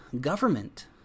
government